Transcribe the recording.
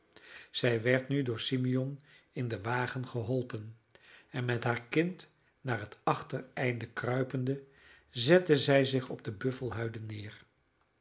zij werd nu door simeon in den wagen geholpen en met haar kind naar het achtereinde kruipende zette zij zich op de buffelhuiden neer